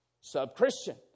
sub-Christian